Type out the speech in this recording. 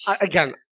again